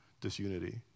disunity